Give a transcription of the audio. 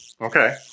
Okay